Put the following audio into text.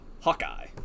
Hawkeye